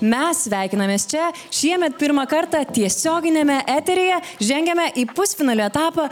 mes sveikinamės čia šiemet pirmą kartą tiesioginiame eteryje žengiame į pusfinalio etapą